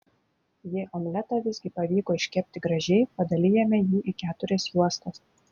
jei omletą visgi pavyko iškepti gražiai padalijame jį į keturias juostas